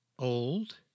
Old